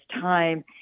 time